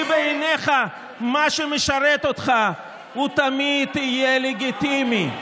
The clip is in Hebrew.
כי בעיניך מה שמשרת אותך הוא תמיד יהיה לגיטימי,